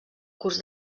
curs